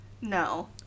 No